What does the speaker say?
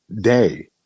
day